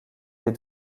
des